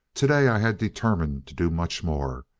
today i had determined to do much more.